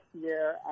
year